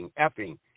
effing